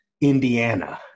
Indiana